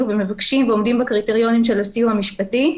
ומבקשים ועומדים בקריטריונים של הסיוע המשפטי.